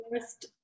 first